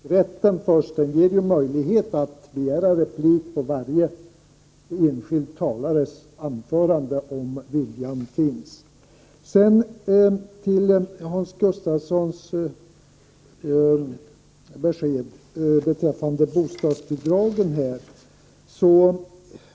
Herr talman! Replikrätten ger ju möjlighet att begära replik på varje enskild talares anförande om viljan finns. Så till Hans Gustafssons besked beträffande bostadsbidragen.